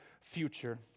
future